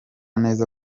neza